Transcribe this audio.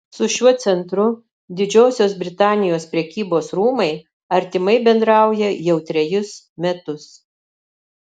su šiuo centru didžiosios britanijos prekybos rūmai artimai bendrauja jau trejus metus